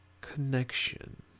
Connection